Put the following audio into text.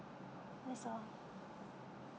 that's all